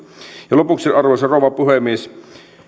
lopuksi arvoisa rouva puhemies